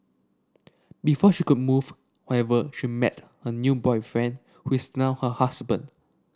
before she could move however she met her new boyfriend who is now her husband